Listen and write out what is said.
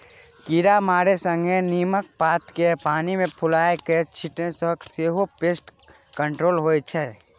कीरामारा संगे नीमक पात केँ पानि मे फुलाए कए छीटने सँ सेहो पेस्ट कंट्रोल होइ छै